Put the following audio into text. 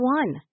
one